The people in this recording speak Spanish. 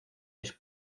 les